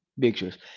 pictures